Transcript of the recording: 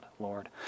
Lord